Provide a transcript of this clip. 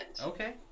Okay